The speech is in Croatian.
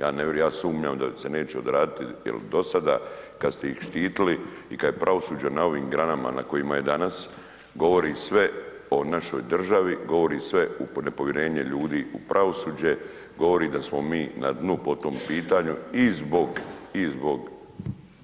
Ja ne vjerujem, ja sumnjam da se neće odraditi jer dosada kad ste ih štitili i kad je pravosuđe na ovim granama na kojima je danas, govori sve o našoj državi, govori sve u nepovjerenje ljudi u pravosuđe, govori da smo mi na dnu po tom pitanju i zbog